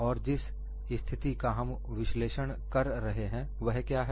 और जिस स्थिति का हम विश्लेषण कर रहे हैं वह क्या है